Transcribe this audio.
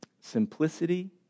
simplicity